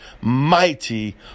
mighty